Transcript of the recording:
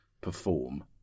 perform